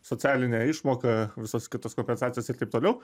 socialinė išmoka visos kitos kompensacijos ir taip toliau